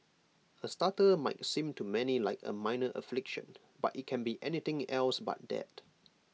A stutter might seem to many like A minor affliction but IT can be anything else but that